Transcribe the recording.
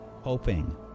hoping